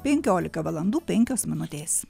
penkiolika valandų penkios minutės